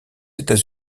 états